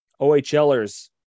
OHLers